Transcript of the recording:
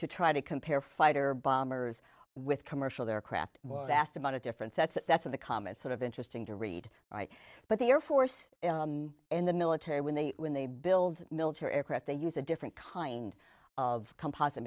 to try to compare fighter bombers with commercial aircraft was asked about a difference that's that's of the common sort of interesting to read right but the air force and the military when they when they build military aircraft they use a different kind of composite